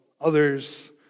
others